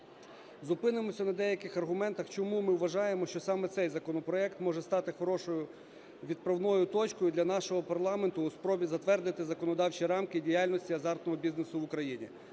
Зупинимося на деяких аргументах, чому ми вважаємо, що саме цей законопроект може стати хорошою відправною точкою для нашого парламенту у спробі затвердити законодавчі рамки діяльності азартного бізнесу в Україні.